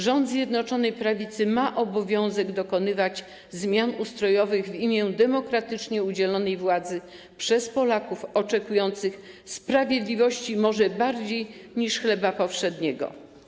Rząd Zjednoczonej Prawicy ma obowiązek dokonywać zmian ustrojowych w imię demokratycznie udzielonej władzy przez Polaków oczekujących sprawiedliwości może bardziej niż chleba powszedniego.